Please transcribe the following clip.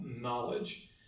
knowledge